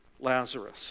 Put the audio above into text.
Lazarus